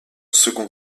second